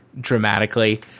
dramatically